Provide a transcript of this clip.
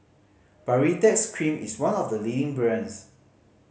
Baritex Cream is one of the leading brands